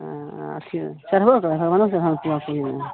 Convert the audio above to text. हँ अथी चढ़बो